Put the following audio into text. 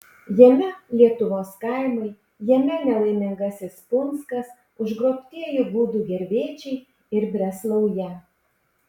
jame lietuvos kaimai jame nelaimingasis punskas užgrobtieji gudų gervėčiai ir breslauja